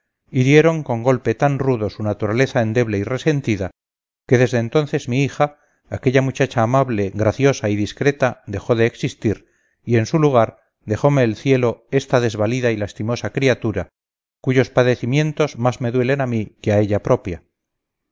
hirieron con golpe tan rudo su naturaleza endeble y resentida que desde entonces mi hija aquella muchacha amable graciosa y discreta dejó de existir y en su lugar dejome el cielo esta desvalida y lastimosa criatura cuyos padecimientos más me duelen a mí que a ella propia